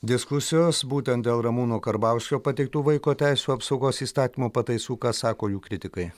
diskusijos būtent dėl ramūno karbauskio pateiktų vaiko teisių apsaugos įstatymo pataisų ką sako jų kritikai